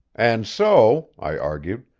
and so, i argued,